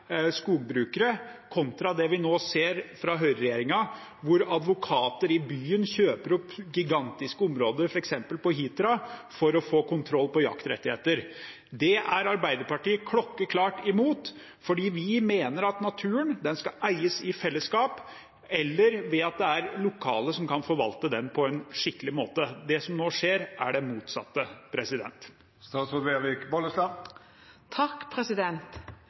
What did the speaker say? skogbrukere, og det vi nå ser fra høyreregjeringen, at advokater i byen kjøper opp gigantiske områder, f.eks. på Hitra, for å få kontroll over jaktrettigheter. Det er Arbeiderpartiet klokkeklart imot – vi mener at naturen skal eies i fellesskap, eller ved at det er lokale som kan forvalte den på en skikkelig måte. Det som nå skjer, er det motsatte.